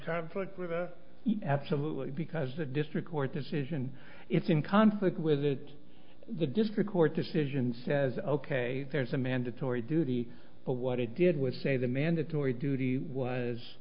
conflict with absolutely because the district court decision it's in conflict with it the district court decision says ok there's a mandatory duty but what it did was say the mandatory duty